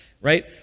right